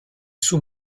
sous